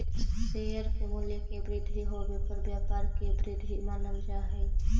share के मूल्य के वृद्धि होवे पर व्यापार के वृद्धि मानल जा हइ